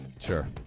Sure